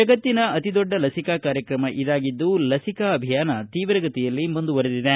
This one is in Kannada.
ಜಗತ್ತಿನ ಅತೀ ದೊಡ್ಡ ಲಸಿಕಾ ಕಾರ್ಯಕ್ರಮ ಇದಾಗಿದ್ದು ಲಸಿಕಾ ಅಭಿಯಾನ ತೀವ್ರ ಗತಿಯಲ್ಲಿ ಮುಂದುವರಿದಿದೆ